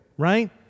right